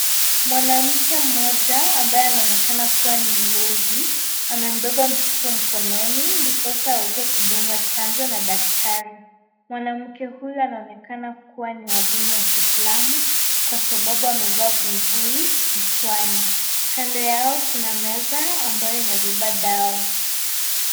Mwanamke mmoja ambaye anaonekana kuwa ni mlezi amembeba mtoto mkononi ndiposa aweze kudungwa chanjo na daktari. Mwanamke huyu anaonekana kuwa ni wa dini ya Kiislamu kwa sababu amevaa buibui kichwani. Kando yao kuna meza ambayo imebeba dawa.